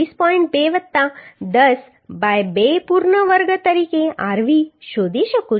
2 વત્તા 10 બાય 2 પૂર્ણ વર્ગ તરીકે rv શોધી શકું છું